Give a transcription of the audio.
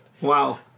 Wow